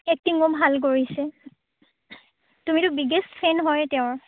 এক্টিঙো ভাল কৰিছে তুমিতো বিগেষ্ট ফেন হয় তেওঁৰ